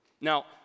Now